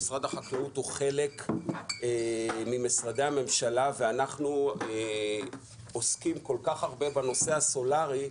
משרד החקלאות הוא חלק ממשרדי הממשלה שעוסקים כל כך הרבה בנושא הסולארי,